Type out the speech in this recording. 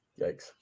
Yikes